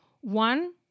One